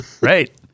Right